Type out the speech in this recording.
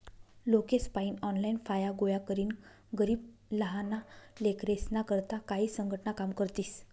लोकेसपायीन ऑनलाईन फाया गोया करीन गरीब लहाना लेकरेस्ना करता काई संघटना काम करतीस